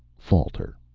falter,